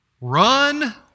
Run